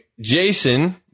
Jason